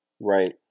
Right